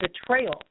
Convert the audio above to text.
betrayal